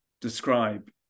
describe